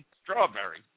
strawberry